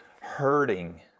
hurting